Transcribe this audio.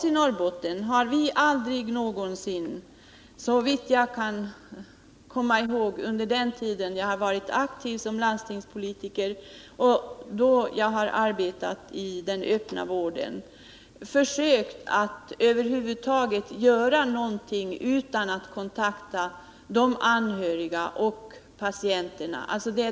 I Norrbotten har vi — såvitt jag kan komma ihåg från den tid som jag har varit aktiv som landstingspolitiker och arbetat i den öppna vården — aldrig någonsin försökt att över huvud taget göra någonting utan att kontakta de anhöriga och patienterna.